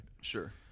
Sure